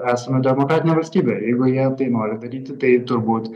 esame demokratinė valstybė ir jeigu jie nori tai daryti tai turbūt